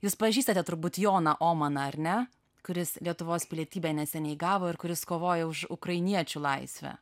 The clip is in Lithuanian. jūs pažįstate turbūt joną omaną ar ne kuris lietuvos pilietybę neseniai gavo ir kuris kovoja už ukrainiečių laisvę